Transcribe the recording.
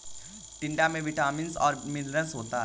टिंडा में विटामिन्स और मिनरल्स होता है